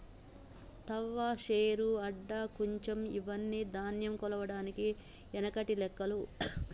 తవ్వ, శేరు, అడ్డ, కుంచం ఇవ్వని ధాన్యం కొలవడానికి ఎనకటి లెక్కలు